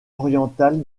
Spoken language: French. orientale